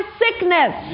sickness